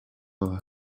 her